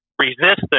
resistance